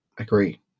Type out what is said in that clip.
Agree